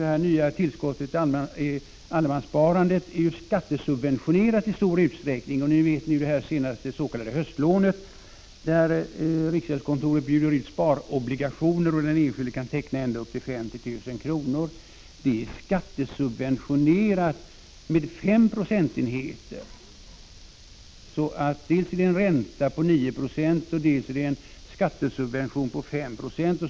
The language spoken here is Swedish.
Det nya tillskottet i allemanssparandet är ju i stor utsträckning skattesubventionerat. Som ni vet är också det senaste s.k. höstlånet, där riksgäldskontoret bjuder ut s.k. sparobligationer där den enskilde kan teckna ända upp till 50 000 kr., skattesubventionerat med 5 procentenheter. Dels är det en ränta på 9 96, dels en skattesubvention på 5 96.